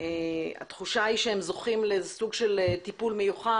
התחושה היא שהם זוכים לסוג של טיפול מיוחד.